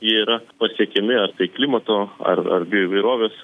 jie yra pasiekiami ar tai klimato ar ar bio įvairovės